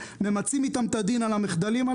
ממצים את הדין עם אנשים שמבצעים מחדלים,